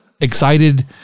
excited